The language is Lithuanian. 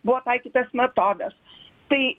buvo taikytas metodas tai